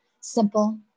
simple